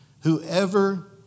Whoever